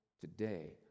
today